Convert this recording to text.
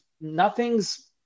nothing's